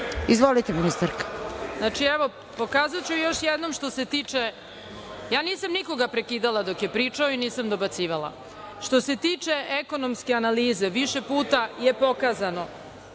Đedović Handanović** Znači, evo pokazaću još jednom, što se tiče… Nisam nikoga prekidala dok je pričao i nisam dobacivala. Što se tiče ekonomske analize, više puta je pokazano